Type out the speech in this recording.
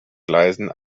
gleisen